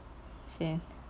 since